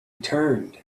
turned